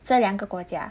这两个国家